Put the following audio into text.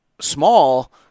small